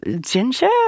ginger